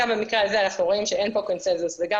גם במקרה הזה אנחנו רואים שאין פה קונצנזוס וגם